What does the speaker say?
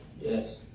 Yes